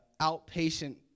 outpatient